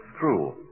true